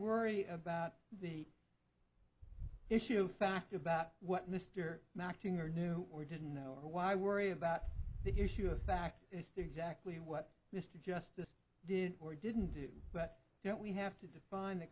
worry about the issue of fact about what mr mocking or knew or didn't know or why worry about the issue of fact exactly what mr justice did or didn't do but you know we have to define the